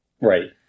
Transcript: Right